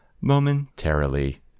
momentarily